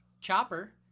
Chopper